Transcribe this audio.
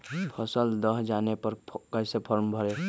फसल दह जाने पर कैसे फॉर्म भरे?